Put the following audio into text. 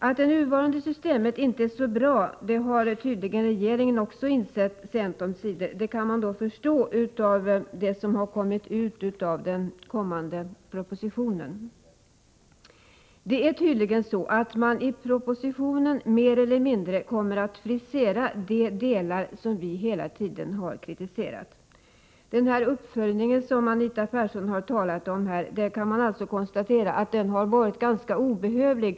Att det nuvarande systemet inte är så bra har tydligen regeringen också insett sent omsider. Det kan man förstå av det som getts till känna om den kommande propositionen. Det är tydligen så, att man i propositionen mer eller mindre kommer att frisera de delar som vi hela tiden har kritiserat. Man kan alltså konstatera att den uppföljning som Anita Persson har talat om har varit ganska obehövlig.